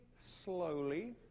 slowly